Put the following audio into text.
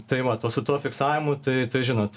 tai vat o su tuo fiksavimu tai žinot